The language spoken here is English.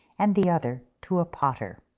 and the other to a potter.